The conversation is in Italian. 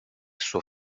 suo